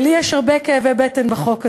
לי יש הרבה כאבי בטן מהחוק הזה.